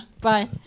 Bye